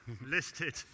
listed